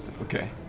Okay